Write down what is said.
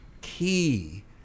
key